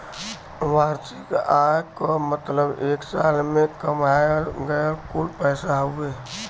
वार्षिक आय क मतलब एक साल में कमायल गयल कुल पैसा हउवे